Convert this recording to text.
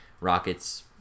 Rockets